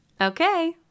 Okay